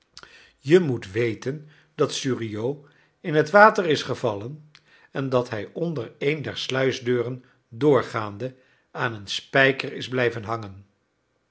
je moet weten dat suriot in het water is gevallen en dat hij onder een der sluisdeuren doorgaande aan een spijker is blijven hangen